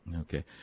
Okay